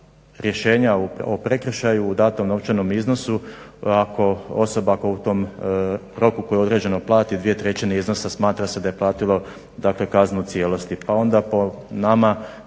rješenja o prekršaju o datom novčanom iznosu ako osoba u tom roku koji je određen plati 2/3 iznosa smatra se da je platilo dakle kaznu u cijelosti. Pa onda po nama